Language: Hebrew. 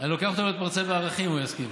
אם הוא יסכים.